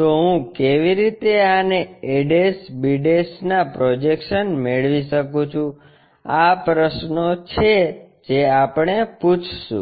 તો હું કેવી રીતે આને ab ના પ્રોજેક્શન્સ મેળવી શકું છું આ પ્રશ્નો છે જે આપણે પૂછશું